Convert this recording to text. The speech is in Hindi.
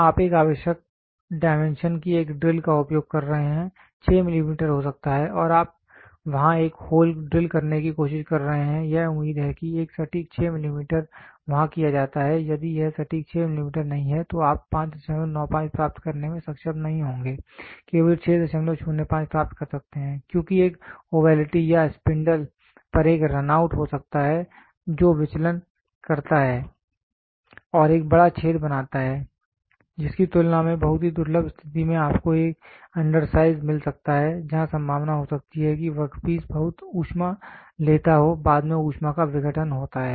आप एक आवश्यक डायमेंशन की एक ड्रिल का उपयोग कर रहे हैं 6 मिलीमीटर हो सकता है और आप वहां एक होल ड्रिल करने की कोशिश कर रहे हैं यह उम्मीद है कि एक सटीक 6 मिलीमीटर वहां किया जाता है यदि यह सटीक 6 मिलीमीटर नहीं है तो आप 595 प्राप्त करने में सक्षम नहीं होंगे केवल 605 प्राप्त कर सकते हैं क्योंकि एक ओवेलिटी या स्पिंडल पर एक रन आउट हो सकता है जो विचलन करता है और एक बड़ा छेद बनाता है जिसकी तुलना में बहुत ही दुर्लभ स्थिति में आपको एक अंडरसाइज मिल सकता है जहां संभावना हो सकती है कि वर्कपीस बहुत ऊष्मा लेता हो बाद में ऊष्मा का विघटन होता है